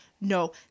No